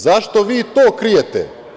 Zašto vi to krijete?